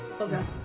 okay